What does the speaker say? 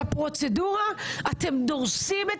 בפרוצדורה אתם דורסים את